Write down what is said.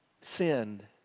sinned